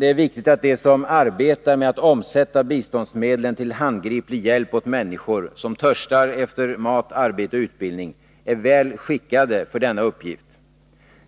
Det är viktigt att de som arbetar med att omsätta biståndsmedlen till handgriplig hjälp åt människor som törstar efter mat, arbete och utbildning är väl skickade för denna uppgift.